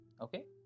okay